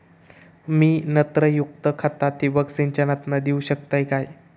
मी नत्रयुक्त खता ठिबक सिंचनातना देऊ शकतय काय?